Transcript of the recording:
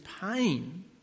pain